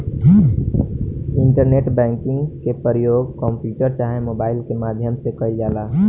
internet banking के परयोग computer चाहे मोबाइल के माध्यम से कईल जाला